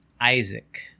Isaac